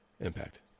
Impact